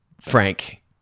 Frank